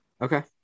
Okay